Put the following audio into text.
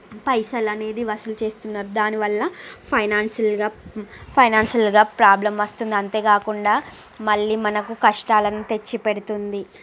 పైసలు అనేది వసూలు చేస్తున్నారు దానివల్ల ఫైనాన్షియల్గా ఫైనాన్షియల్గా ప్రాబ్లం వస్తుంది అంతే కాకుండా మళ్ళీ మనకు కష్టాలను తెచ్చి పెడుతుంది